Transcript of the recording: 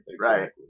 Right